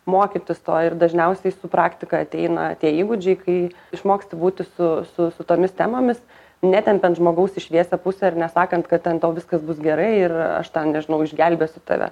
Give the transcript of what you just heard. mokytis to ir dažniausiai su praktika ateina tie įgūdžiai kai išmoksti būti su su su tomis temomis netempiant žmogaus į šviesią pusę ir nesakant kad ten tau viskas bus gerai ir aš ten nežinau išgelbėsiu tave